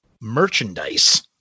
merchandise